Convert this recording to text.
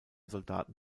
soldaten